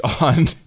on